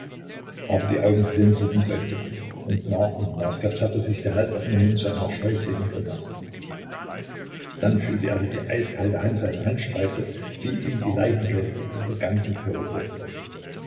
aber die augen blinzelten deutlich und nach und nach verzerrte sich der halboffene mund zu einer scheußlichen grimasse dann fühlte er wie die eiskalte hand seine haut streifte wie ihm die leichenkälte über den ganzen körper glitt